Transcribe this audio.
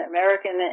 American